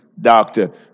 doctor